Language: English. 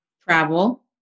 Travel